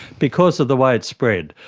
because of the way it's spread.